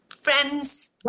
Friends